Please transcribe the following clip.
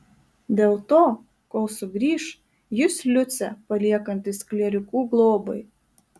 dėl to kol sugrįš jis liucę paliekantis klierikų globai